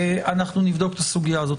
אנחנו נבדוק את הסוגיה הזאת.